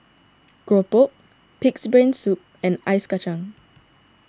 Keropok Pig's Brain Soup and Ice Kacang